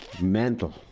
Mental